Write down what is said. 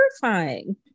terrifying